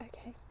okay